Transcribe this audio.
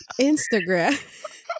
Instagram